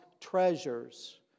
treasures